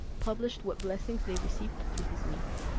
published what blessings they received through his means.